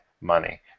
money